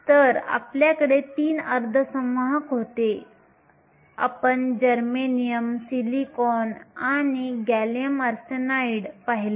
तर आपल्याकडे तीन अर्धसंवाहक होते आपण जर्मेनियम सिलिकॉन आणि गॅलियम आर्सेनाइड पाहिले